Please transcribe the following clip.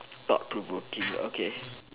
thought provoking okay